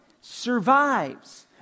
survives